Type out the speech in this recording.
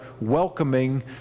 welcoming